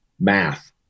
math